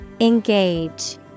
Engage